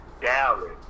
Dallas